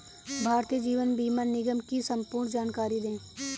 भारतीय जीवन बीमा निगम की संपूर्ण जानकारी दें?